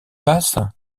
passe